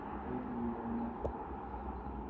thank you very much ms. manson